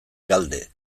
galde